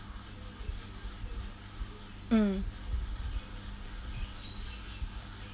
mm